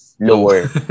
lower